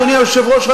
אדוני היושב-ראש,